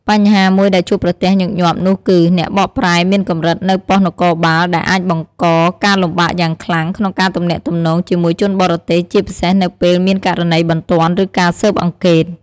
បញ្ហាមួយដែលជួបប្រទះញឹកញាប់នោះគឺ អ្នកបកប្រែមានកម្រិតនៅប៉ុស្តិ៍នគរបាលដែលអាចបង្កការលំបាកយ៉ាងខ្លាំងក្នុងការទំនាក់ទំនងជាមួយជនបរទេស ជាពិសេសនៅពេលមានករណីបន្ទាន់ ឬការស៊ើបអង្កេត។